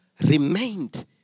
remained